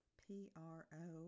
pro